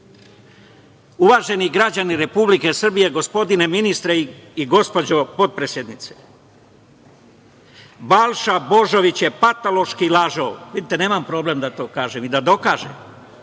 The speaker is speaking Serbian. Kosova. Uvaženi građani Republike Srbije, gospodine ministre i gospođo potpredsednice, Balša Božović je patološki lažov. Vidite, nemam problem da to kažem i da dokažem